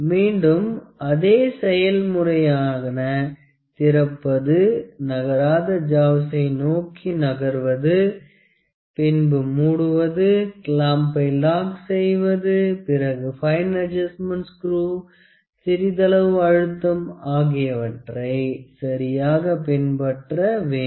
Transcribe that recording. மீண்டும் அதே செயல் முறையான திறப்பது நகராத ஜாவை நோக்கி நகர்வது பின்பு மூடுவது கிளாம்பை லாக் செய்வது பிறகு பைன் அட்ஜஸ்ட்மெண்ட் ஸ்குரிவ் சிறிதளவு அழுத்தம் ஆகியவற்றை சரியாக பின்பற்ற வேண்டும்